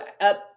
up